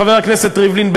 חבר הכנסת ריבלין,